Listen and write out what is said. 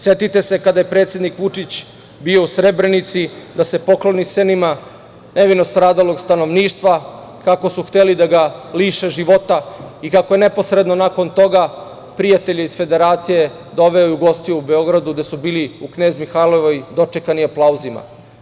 Setite se kada je predsednik Vučić bio u Srebrenici, da se pokloni senima nevino stradalog stanovništva, kako su hteli da ga liše života i kako je neposredno nakon toga prijatelje iz Federacije doveo i ugostio u Beogradu, gde su bili u Knez Mihajlovoj dočekani aplauzima.